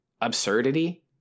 absurdity